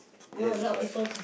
yes but